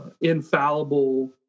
infallible